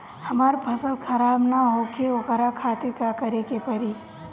हमर फसल खराब न होखे ओकरा खातिर का करे के परी?